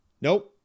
nope